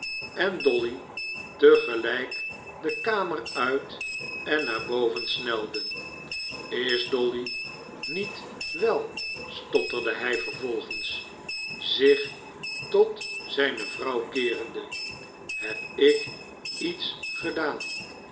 en dolly te gelijk de kamer uit en naar boven snelden is dolly niet wel stotterde hij vervolgens zich tot zijne vrouw keerende heb ik iets gedaan